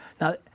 Now